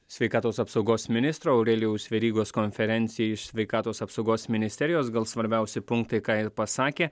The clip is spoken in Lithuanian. sveikatos apsaugos ministro aurelijaus verygos konferencija iš sveikatos apsaugos ministerijos gal svarbiausi punktai ką ir pasakė